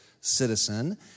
citizen